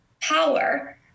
power